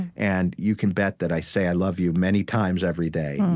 and you can bet that i say i love you many times every day.